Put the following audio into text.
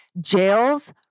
jails